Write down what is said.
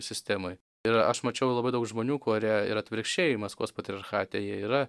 sistemoj ir aš mačiau labai daug žmonių kurie ir atvirkščiai maskvos patriarchate jie yra